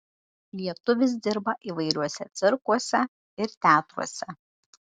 lietuvis dirba įvairiuose cirkuose ir teatruose